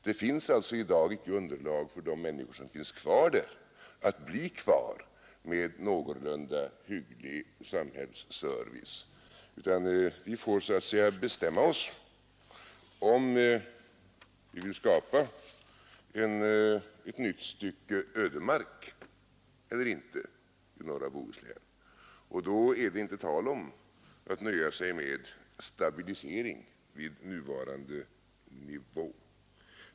Det finns alltså icke underlag för de människor som finns kvar där att bli kvar med någorlunda hygglig samhällsservice, utan vi får bestämma oss om vi vill skapa ett nytt stycke ödemark eller inte i norra Bohuslän, och då är det inte tal om att nöja sig med stabilisering vid nuvarande nivå.